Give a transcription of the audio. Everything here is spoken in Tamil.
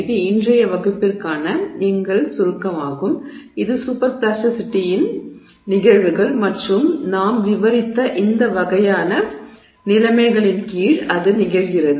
இது இன்றைய வகுப்பிற்கான எங்கள் சுருக்கமாகும் இது சூப்பர் பிளாஸ்டிசிட்டியின் நிகழ்வுகள் மற்றும் நாம் விவரித்த இந்த வகையான நிலைமைகளின் கீழ் அது நிகழ்கிறது